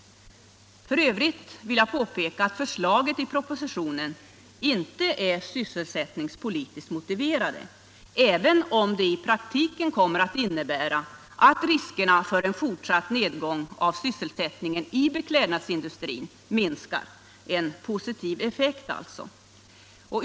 F. ö. vill jag påpeka att förslagen i propositionen inte är sysselsättningspolitiskt motiverade, även om de i praktiken kommer att innebära att riskerna för en fortsatt nedgång av sysselsättningen i beklädnadsindustrin minskar — en positiv effekt, alltså.